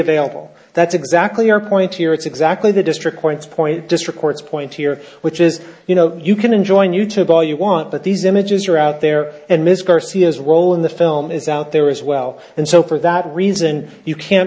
available that's exactly our point here it's exactly the district points point district courts point here which is you know you can enjoy new tube all you want but these images are out there and ms garcia's role in the film is out there as well and so for that reason you can't